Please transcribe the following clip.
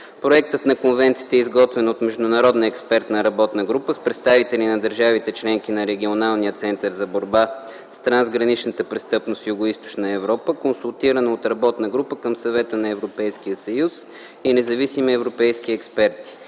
Проектът на конвенцията е изготвен от международна експертна група с представители на държавите – членки на Регионалния център за борба с трансграничната престъпност в Югоизточна Европа, консултирана от работна група към Съвета на Европейския съюз и от независими европейски експерти.